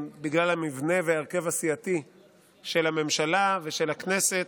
בגלל המבנה וההרכב הסיעתי של הממשלה ושל הכנסת,